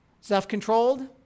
Self-controlled